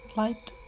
light